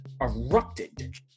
erupted